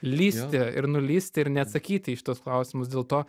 lįsti ir nulįsti ir ne atsakyti į šituos klausimus dėl to